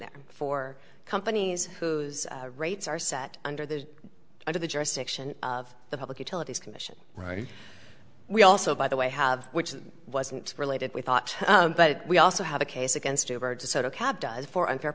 there for companies whose rates are set under the under the jurisdiction of the public utilities commission right we also by the way have which wasn't related we thought but we also have a case against